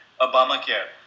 Obamacare